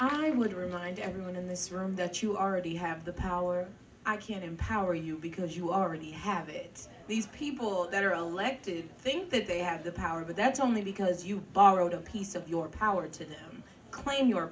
i would remind everyone in this room that you are ready have the power i can empower you because you already have it these people that are alleged to think that they have the power but that's only because you borrowed a piece of your power to claim your